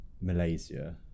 Malaysia